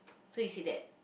so he said that